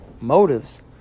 motives